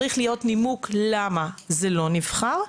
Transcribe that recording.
צריך להיות נימוק למה זה לא נבחר,